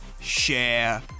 share